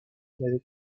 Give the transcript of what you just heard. n’avait